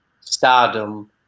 stardom